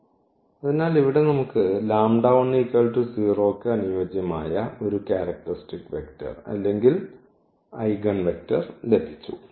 അതിനാൽ ഇവിടെ നമുക്ക് ന് അനുയോജ്യമായ ഒരു ക്യാരക്ടറിസ്റ്റിക് വെക്റ്റർ അല്ലെങ്കിൽ ഐഗൺവെക്റ്റർ ലഭിച്ചു